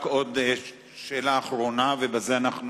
רק עוד שאלה אחרונה, ובזה אנחנו